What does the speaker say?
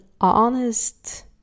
honest